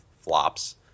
flops